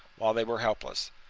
while they were helpless.